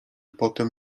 potem